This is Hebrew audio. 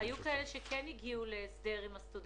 היו כאלה שכן הגיעו להסדר עם הסטודנטים,